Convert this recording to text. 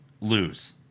lose